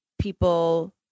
people